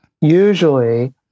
usually